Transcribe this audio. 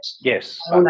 Yes